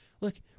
Look